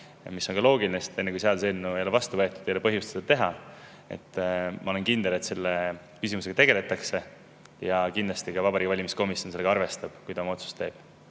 See on ka loogiline, sest enne kui seaduseelnõu ei ole vastu võetud, ei ole põhjust seda teha. Ma olen kindel, et selle küsimusega tegeldakse. Kindlasti ka Vabariigi Valimiskomisjon sellega arvestab, kui ta oma otsust teeb.